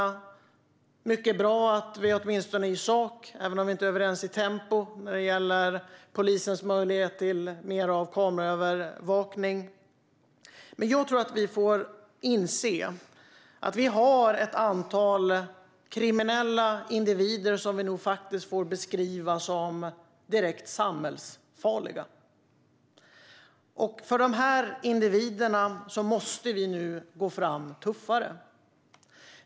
Det är mycket bra att vi åtminstone i sak är överens, även om vi inte är överens om tempot, när det gäller polisens möjligheter till mer kameraövervakning. Jag tror att vi får inse att vi har ett antal kriminella individer som vi nog faktiskt får beskriva som direkt samhällsfarliga. Mot de här individerna måste vi nu gå fram tuffare.